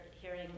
hearing